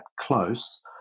close